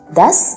Thus